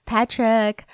Patrick